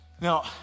Now